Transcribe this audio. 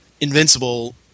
invincible